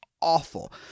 awful